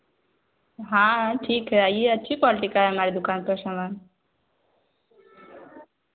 हाँ ठीक है आइए अच्छी क्वालटी का हमारे दुकान पर सामान